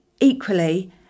equally